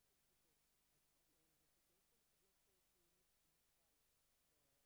12, אין מתנגדים, אין נמנעים.